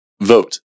vote